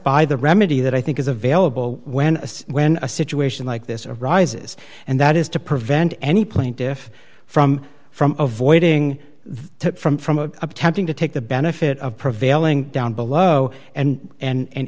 by the remedy that i think is available when when a situation like this arises and that is to prevent any plaintiff from from avoiding the tip from from attempting to take the benefit of prevailing down below and and